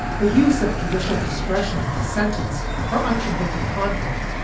the use of judicial discretion to sentence for unconvicted conduct.